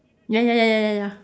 ya ya ya ya ya ya